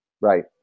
Right